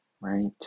right